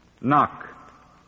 Knock